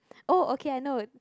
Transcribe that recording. oh okay I know